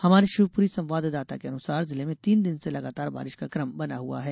हमारे शिवपुरी संवाददाता के अनुसार जिले में तीन दिन से लगातार बारिश का क्रम बना हुआ है